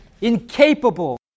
incapable